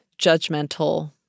judgmental